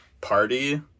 party